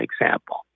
example